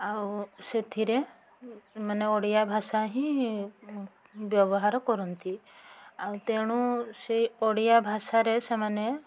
ଆଉ ସେଥିରେ ମାନେ ଓଡ଼ିଆ ଭାଷା ହିଁ ବ୍ୟବହାର କରନ୍ତି ଆଉ ତେଣୁ ସେଇ ଓଡ଼ିଆ ଭାଷାରେ ସେମାନେ